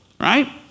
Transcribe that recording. right